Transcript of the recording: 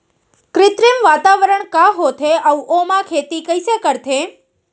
कृत्रिम वातावरण का होथे, अऊ ओमा खेती कइसे करथे?